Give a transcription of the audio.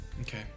Okay